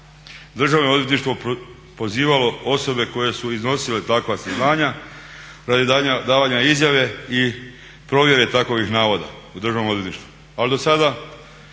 Državno odvjetništvo pozivalo osobe koje su iznosile takva saznanja radi davanja izjave i provjere takovih navoda u Državnom odvjetništvu.